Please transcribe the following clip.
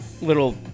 little